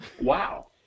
Wow